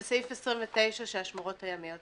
וסעיף 29 של השמורות הימיות.